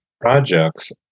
projects